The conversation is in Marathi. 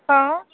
हां